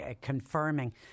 confirming